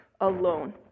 alone